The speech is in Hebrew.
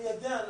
וליידע אנשים.